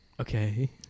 Okay